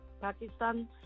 Pakistan